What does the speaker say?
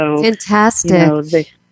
Fantastic